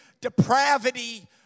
depravity